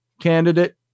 candidate